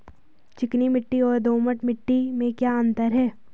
चिकनी मिट्टी और दोमट मिट्टी में क्या अंतर है?